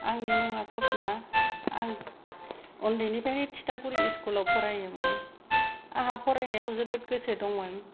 आंनि मुङा सपना आं उन्दैनिफ्रायनो तितागुरि स्कुलाव फरायोमोन आंहा फरायनायाव जोबोद गोसो दंमोन